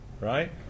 right